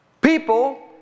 People